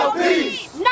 peace